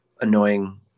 annoying